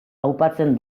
aupatzen